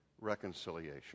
reconciliation